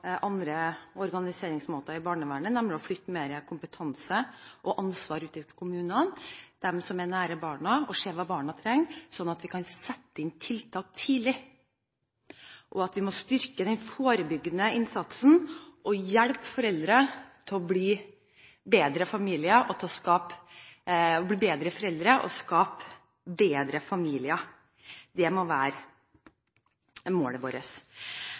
andre organiseringsmåter i barnevernet, nemlig å flytte mer kompetanse og ansvar ut til kommunene. De som er nær barna, ser hva barna trenger, sånn at man kan sette inn tiltak tidlig. Vi må styrke den forebyggende innsatsen og hjelpe foreldre til å bli bedre foreldre og skape bedre familier. Det må være målet vårt.